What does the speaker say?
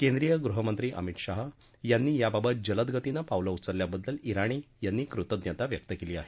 केंद्रीय गृहमंत्री अमित शहा यांनी यादाबत जलदगतीनं पावलं उचल्याबद्दल जिणी यांनी कृतज्ञता व्यक्त केली आहे